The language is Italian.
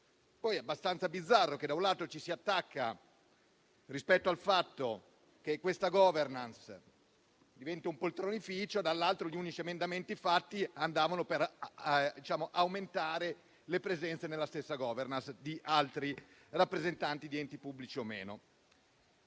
Poi è abbastanza bizzarro che, da un lato, ci si attacchi al fatto che questa *governance* diventi un poltronificio e, dall'altro, gli unici emendamenti presentati tendessero ad aumentare le presenze nella stessa *governance* di altri rappresentanti di enti pubblici o meno.